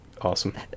awesome